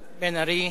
בן-ארי,